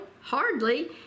Hardly